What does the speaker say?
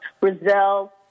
Brazil